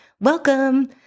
welcome